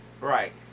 Right